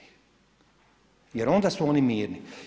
Jer onda su oni mirni.